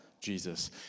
Jesus